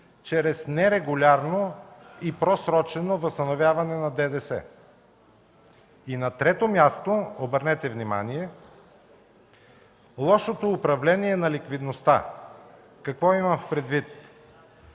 чрез нерегулярно и просрочено възстановяване на ДДС. На трето място, обърнете внимание, лошото управление на ликвидността. Какво имам предвид?